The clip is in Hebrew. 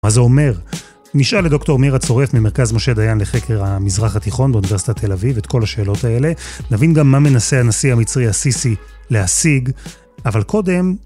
מה זה אומר? נשאל את דוקטור מירה צורף, ממרכז משה דיין לחקר המזרח התיכון באוניברסיטת תל אביב, את כל השאלות האלה. נבין גם מה מנסה הנשיא המצרי, א-סיסי, להשיג. אבל קודם...